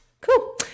Cool